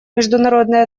международные